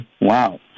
Wow